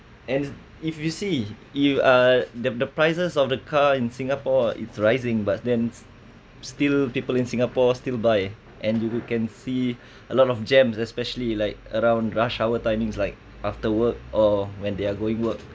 and if you see you uh the the prices of the car in singapore is rising but then still people in singapore still buy and you can see a lot of jams especially like around rush hour timings like after work or when they are going work